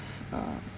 uh